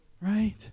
right